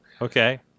okay